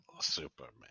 Superman